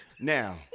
Now